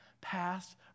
past